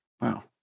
wow